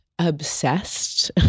obsessed